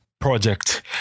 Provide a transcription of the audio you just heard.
project